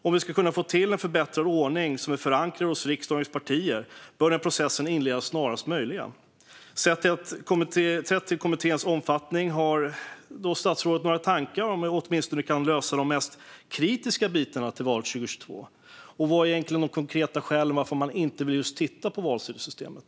Om vi ska kunna få till en förbättrad ordning som är förankrad hos riksdagens partier bör denna process inledas snarast möjligt. Har statsrådet, sett till kommitténs omfattning, några tankar om hur vi åtminstone kan lösa de mest kritiska bitarna till valet 2022? Och vilka är egentligen de konkreta skälen till att man inte vill titta på valsedelssystemet?